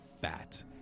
fat